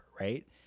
Right